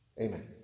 Amen